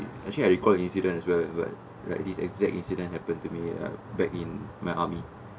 actually I recall a incident as well but like this exact incident happened to me uh back in my army